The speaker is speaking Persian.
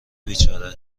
بیچاره